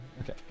Okay